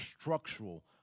structural